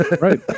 Right